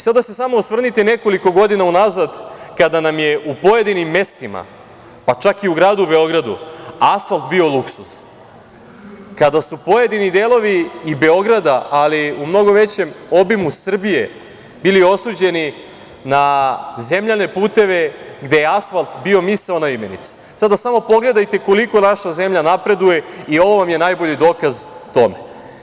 Sada se samo osvrnite nekoliko godina unazad, kada nam je u pojedinim mestima, pa čak i u gradu Beogradu, asfalt bio luksuz, kada su pojedini delovi i Beograda, ali u mnogo većem obimu Srbije bili osuđeni na zemljane puteve, gde je asfalt bio misaona imenica, sada samo pogledajte koliko naša zemlja napreduje i ovo vam je najbolji dokaz tome.